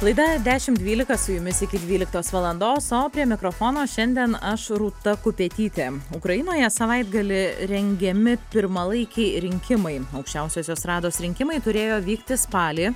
laida dešim dvylika su jumis iki dvyliktos valandos o prie mikrofono šiandien aš rūta kupetytė ukrainoje savaitgalį rengiami pirmalaikiai rinkimai aukščiausiosios rados rinkimai turėjo vykti spalį